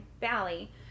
Valley